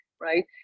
right